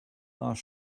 are